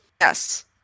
Yes